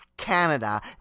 Canada